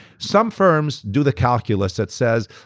some firms do the calculus that says,